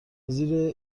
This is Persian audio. زیر